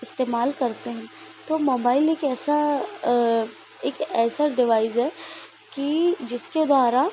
इस्तेमाल करते हैं तो मोबाइल एक ऐसा एक ऐसा डिवाइज़ है कि जिसके द्वारा